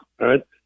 right